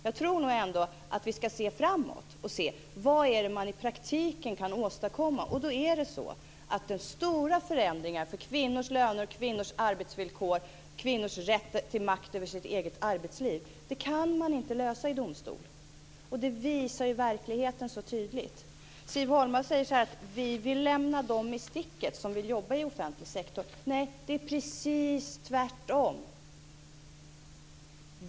Jag tror att vi ska se framåt och se vad man i praktiken kan åstadkomma. Stora förändringar för kvinnors löner, kvinnors arbetsvillkor och kvinnors rätt till makt över sitt eget arbetsliv kan man inte genomföra i domstol. Det visar verkligheten så tydligt. Siv Holma säger att vi vill lämna dem som vill jobba i offentlig sektor i sticket. Nej, det är precis tvärtom.